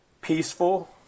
peaceful –